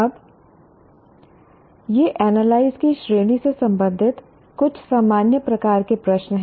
अब ये एनालाइज की श्रेणी से संबंधित कुछ सामान्य प्रकार के प्रश्न हैं